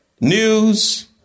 news